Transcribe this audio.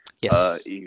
Yes